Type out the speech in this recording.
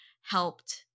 helped